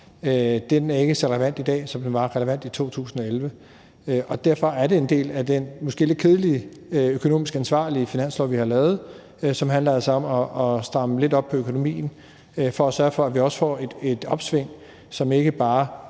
er ikke så relevant i dag, som den var relevant i 2011. Derfor er det en del af den måske lidt kedelige økonomisk ansvarlige finanslov, vi har lavet, som altså handler om at stramme lidt op på økonomien, for at sørge for, at vi også får et opsving, som ikke bare